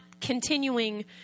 continuing